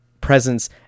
presence